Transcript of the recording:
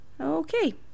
Okay